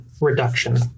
reduction